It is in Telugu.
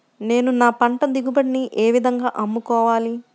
నేను నా పంట దిగుబడిని ఏ విధంగా అమ్ముకోవాలి?